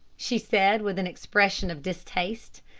she said with an expression of distaste.